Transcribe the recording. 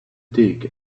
dig